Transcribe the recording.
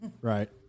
right